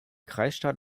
kreisstadt